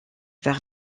vers